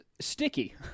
sticky